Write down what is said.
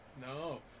no